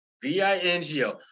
B-I-N-G-O